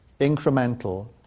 incremental